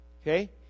Okay